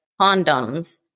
condoms